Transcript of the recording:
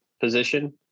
position